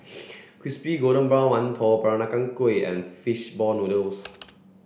crispy golden brown mantou Peranakan Kueh and fish ball noodles